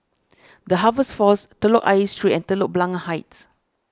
the Harvest force Telok Ayer Street and Telok Blangah Heights